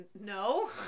no